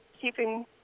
keeping